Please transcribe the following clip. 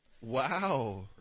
Wow